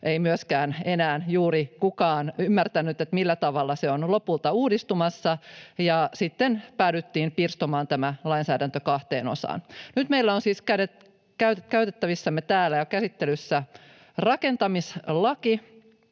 ei myöskään enää juuri kukaan ymmärtänyt, millä tavalla se on lopulta uudistumassa, ja sitten päädyttiin pirstomaan tämä lainsäädäntö kahteen osaan. Nyt meillä on siis käytettävissämme täällä ja käsittelyssä rakentamislaki,